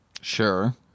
Sure